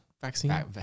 Vaccine